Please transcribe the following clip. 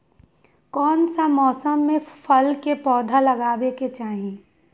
कौन मौसम में फल के पौधा लगाबे के चाहि?